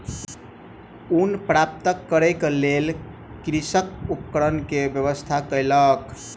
ऊन प्राप्त करै के लेल कृषक उपकरण के व्यवस्था कयलक